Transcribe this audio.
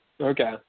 Okay